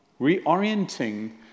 Reorienting